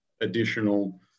additional